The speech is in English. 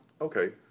okay